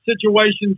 situations